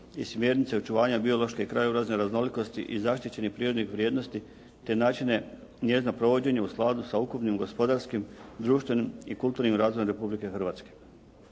i smjernice očuvanja biološke i krajobrazne raznolikosti i zaštićenih prirodnih vrijednosti, te načine njezina provođenja u skladu sa ukupnim gospodarskim, društvenim i kulturnim razvojem Republike Hrvatske.